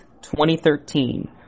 2013